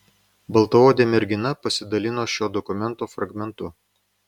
baltaodė mergina pasidalino šio dokumento fragmentu